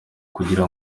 kugira